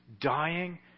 dying